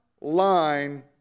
line